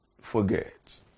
forget